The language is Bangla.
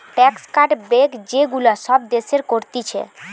ট্যাক্স কাট, ব্রেক যে গুলা সব দেশের করতিছে